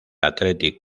athletic